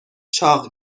چاق